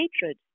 hatred